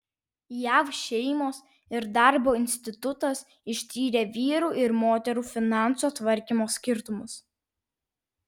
jav šeimos ir darbo institutas ištyrė vyrų ir moterų finansų tvarkymo skirtumus